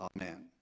Amen